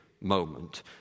moment